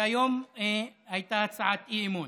והיום הייתה הצעת אי-אמון.